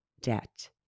debt